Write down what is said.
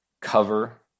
cover